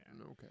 okay